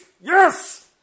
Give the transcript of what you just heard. Yes